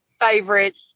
favorites